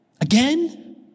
again